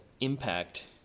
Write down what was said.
impact